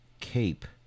cape